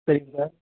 சரிங்க சார்